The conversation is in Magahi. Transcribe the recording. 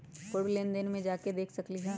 पूर्व लेन देन में जाके देखसकली ह?